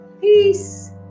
Peace